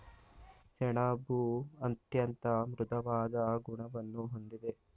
ಸೆಣಬು ಅತ್ಯಂತ ಮೃದುವಾದ ಗುಣವನ್ನು ಹೊಂದಿದೆ